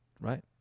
right